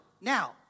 Now